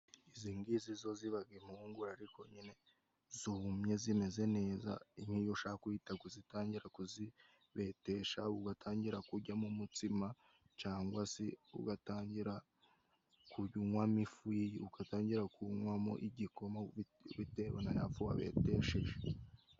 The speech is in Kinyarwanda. Izi ngizi zo ziba impungure, ariko nyine zumye zimeze neza. N'iyo ushaka uhita utangira kuzibetesha ugatangira kuryamo umutsima cyangwa se ugatangira kunywamo igikoma bitewe na ya fu wabetesheje.